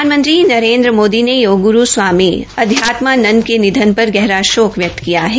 प्रधान मंत्री नरेन्द्र मोदी ने योग ग्रू स्वामी अध्यात्मानंद के निधन पर गहरा शोक व्यक्त किया है